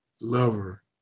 lover